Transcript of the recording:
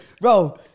Bro